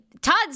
todd's